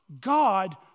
God